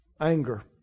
Anger